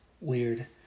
Weird